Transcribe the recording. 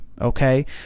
okay